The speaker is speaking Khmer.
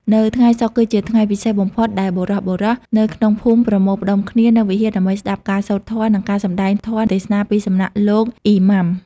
នៅថ្ងៃសុក្រ គឺជាថ្ងៃពិសេសបំផុតដែលបុរសៗនៅក្នុងភូមិប្រមូលផ្តុំគ្នានៅវិហារដើម្បីស្តាប់ការសូត្រធម៌ និងការសម្តែងធម៌ទេសនាពីសំណាក់លោក អ៊ីម៉ាំ។